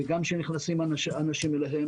וגם כשנכנסים אנשים אליהם,